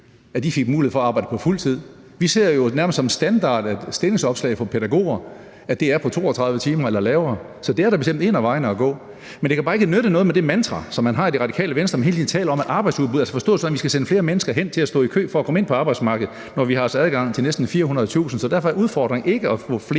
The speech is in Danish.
deltid fik mulighed for at arbejde på fuld tid. Vi ser det jo nærmest som en standard, at stillingsopslag for pædagoger er på 32 timer eller lavere, så det er da bestemt en af vejene at gå. Men det kan bare ikke nytte noget med det mantra, som man har i Radikale Venstre, at man hele tiden taler arbejdsudbud, forstået sådan at vi skal sende flere mennesker hen til at stå i kø for at komme ind på arbejdsmarkedet, når vi har adgang til næsten 400.000, så derfor er udfordringen ikke at få flere